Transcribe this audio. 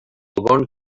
bon